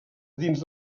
dins